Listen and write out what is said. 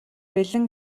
бэлэн